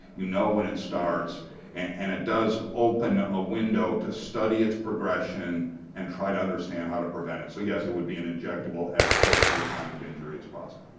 you know when it starts and it does open a window to study its progression and try to understand how to prevent it. so it would be and injectable as close to the time of injury as possible.